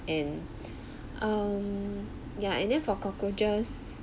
and um yeah and then for cockroaches